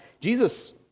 Jesus